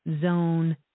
zone